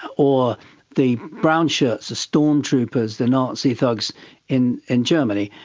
or the brownshirts, the storm troopers, the nazi thugs in in germany,